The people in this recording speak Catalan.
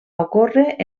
ocórrer